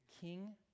king